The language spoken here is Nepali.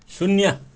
शून्य